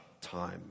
time